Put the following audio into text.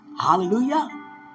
Hallelujah